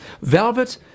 Velvet